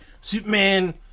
Superman